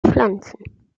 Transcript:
pflanzen